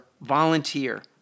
volunteer